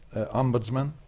ombudsman,